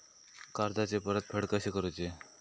कर्जाची परतफेड कशी करुची?